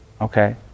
Okay